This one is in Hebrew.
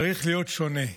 צריך להיות שונה.